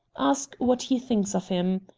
ask what he thinks of him.